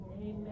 Amen